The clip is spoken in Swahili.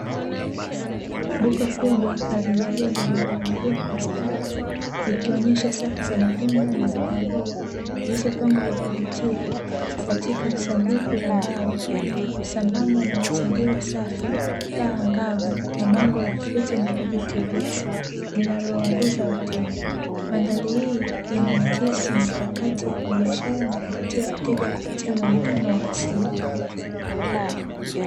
Duka kubwa la rejareja lililoandaliwa kwa ustadi, ikionyesha safu za matunda, pamoja na mbogamboga zilizopangwa kwa kuvutia katika sanduku la mbao, sambamba na mazingira safi, taa angavu na bango la "Fruit and vegetables" linaloongoza wateja. Mandhari hii inaakisi mikakati ya kibiashara na kuvutia wateja kupitia mwonekano wa asili.